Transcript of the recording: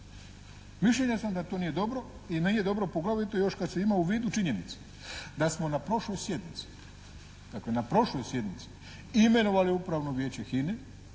Mišljenja sam da to nije dobro i nije dobro poglavito još kada se ima u vidu činjenica da smo na prošloj sjednici, dakle na prošloj sjednici